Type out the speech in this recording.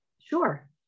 Sure